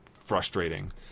frustrating